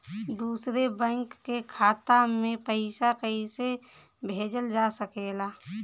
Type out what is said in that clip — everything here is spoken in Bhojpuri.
दूसरे बैंक के खाता में पइसा कइसे भेजल जा सके ला?